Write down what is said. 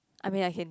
I mean like him